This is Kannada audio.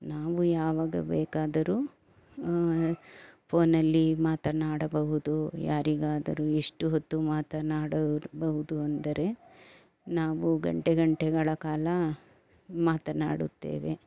ನಾವು ಯಾವಾಗ ಬೇಕಾದರೂ ಫೋನಲ್ಲಿ ಮಾತನಾಡಬಹುದು ಯಾರಿಗಾದರೂ ಎಷ್ಟು ಹೊತ್ತು ಮಾತನಾಡಬಹುದು ಅಂದರೆ ನಾವು ಗಂಟೆ ಗಂಟೆಗಳ ಕಾಲ ಮಾತನಾಡುತ್ತೇವೆ